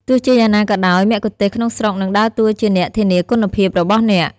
ទោះជាយ៉ាងណាក៏ដោយ មគ្គុទ្ទេសក៍ក្នុងស្រុកនឹងដើរតួជាអ្នកធានាគុណភាពរបស់អ្នក។